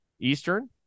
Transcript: eastern